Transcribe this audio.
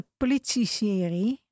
politie-serie